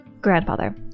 Grandfather